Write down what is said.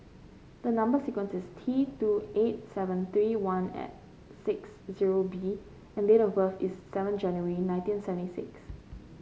the number sequence is T two eight seven three one six zero B and date of birth is seven January nineteen seventy six